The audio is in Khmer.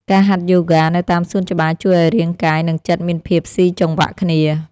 ការហាត់យូហ្គានៅតាមសួនច្បារ ជួយឱ្យរាងកាយ និងចិត្តមានភាពស៊ីចង្វាក់គ្នា។